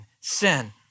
sin